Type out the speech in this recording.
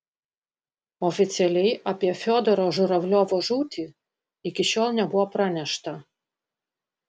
oficialiai apie fiodoro žuravliovo žūtį iki šiol nebuvo pranešta